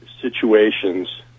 situations